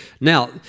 Now